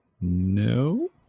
No